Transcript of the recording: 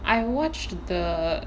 I watched the